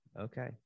okay